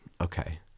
Okay